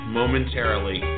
momentarily